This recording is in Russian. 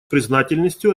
признательностью